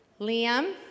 Liam